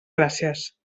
gràcies